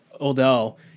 Odell